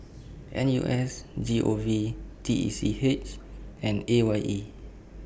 N U S G O V T E C H and A Y E